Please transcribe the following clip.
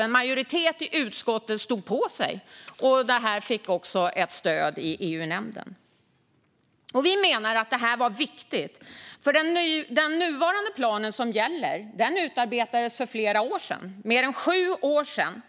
En majoritet i utskottet stod dock, tack och lov, på sig, och detta fick också stöd i EU-nämnden. Vi menar att det var viktigt, för den nuvarande planen, som gäller, utarbetades för mer än sju år sedan.